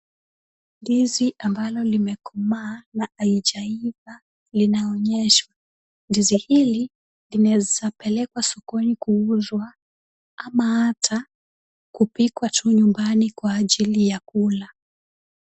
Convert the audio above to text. Ndizi ambalo limekomaa halijaiva inaonyeshwa, ndizi hili linaeza pelekwa sokoni kuuzwa ama hata kupikwa tu nyumbani kwa ajili ya kula.